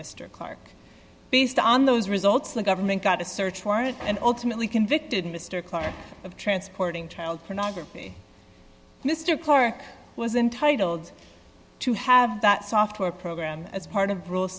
mr clark based on those results the government got a search warrant and ultimately convicted mr clarke of transporting child pornography mr clarke was entitled to have that software program as part of rule